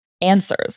answers